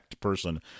person